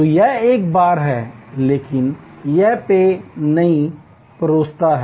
तो यह एक बार है लेकिन यह पेय नहीं परोसता है